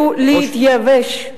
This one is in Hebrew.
העזו להתייבש.